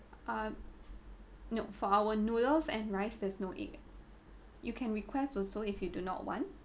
uh no for our noodles and rice there's no egg you can request also if you do not want